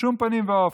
בשום פנים ואופן.